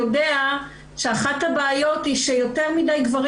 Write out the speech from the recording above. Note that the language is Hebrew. יודע שאחת הבעיות היא שיותר מידי גברים